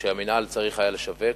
שמינהל מקרקעי ישראל צריך היה לשווק,